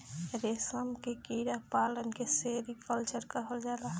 रेशम के कीड़ा पालन के सेरीकल्चर कहल जाला